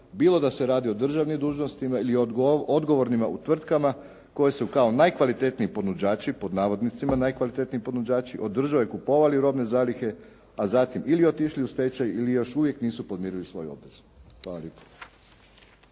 bilo da se radi o državnim dužnostima ili odgovornima u tvrtkama koji su kao najkvalitetniji ponuđači pod navodnicima "najkvalitetniji ponuđači" održali i kupovali robne zalihe, a zatim ili otišli u stečaj ili još uvijek nisu podmirili svoju obvezu. Hvala lijepo.